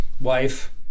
Wife